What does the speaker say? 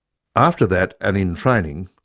after that and in training,